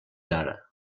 ara